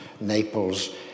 Naples